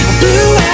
blue